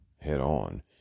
head-on